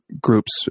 groups